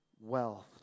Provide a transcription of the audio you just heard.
wealth